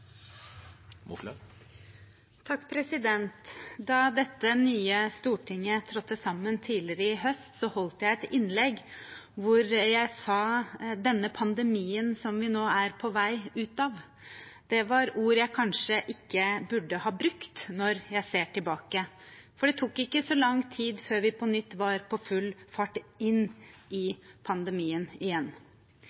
Da dette nye Stortinget trådte sammen tidligere i høst, holdt jeg et innlegg hvor jeg sa: «Pandemien vi nå er på vei ut av ». Det var ord jeg kanskje ikke burde ha brukt når jeg ser tilbake, for det tok ikke så lang tid før vi på nytt var på full fart inn i